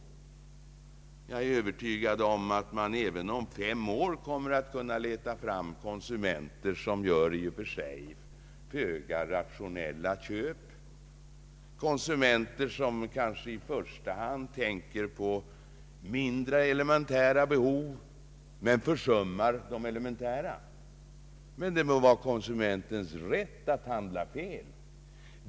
Jag är övertygad om att man även om fem år kommer att kunna leta fram konsumenter som gör föga rationella köp, konsumenter som kanske i första hand tänker på mindre elementära behov och försummar de elementära. Men det bör vara konsumentens rätt att handla fel.